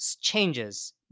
changes